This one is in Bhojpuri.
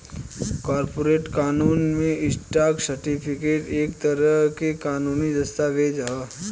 कॉर्पोरेट कानून में, स्टॉक सर्टिफिकेट एक तरह के कानूनी दस्तावेज ह